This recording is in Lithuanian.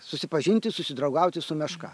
susipažinti susidraugauti su meška